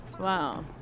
Wow